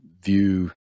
view